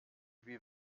wie